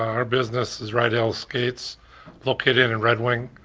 our business is rydell skates located in and red wing,